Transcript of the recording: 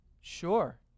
sure